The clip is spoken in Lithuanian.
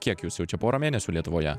kiek jūs jau čia porą mėnesių lietuvoje